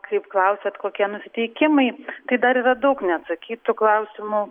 kaip klausiat kokie nusiteikimai tai dar yra daug neatsakytų klausimų